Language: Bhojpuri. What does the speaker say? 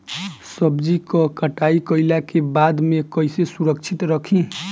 सब्जी क कटाई कईला के बाद में कईसे सुरक्षित रखीं?